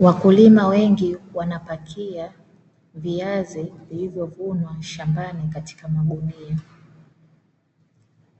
Wakulima wengi wanapakia viazi vilivyovunwa shambani katika magunia.